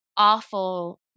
Awful